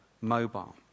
mobile